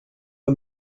uma